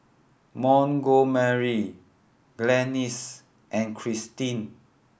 Montgomery Glennis and Krystin